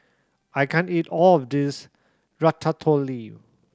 I can't eat all of this Ratatouille